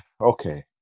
Okay